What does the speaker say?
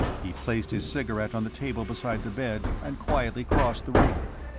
he placed his cigarette on the table beside the bed and quietly crossed the room.